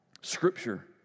scripture